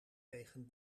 tegen